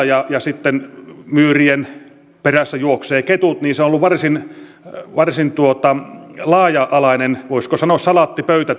ja muita ja sitten myyrien perässä juoksevat ketut niin tämä riistapelto on ollut varsin varsin laaja alainen voisiko sanoa salaattipöytä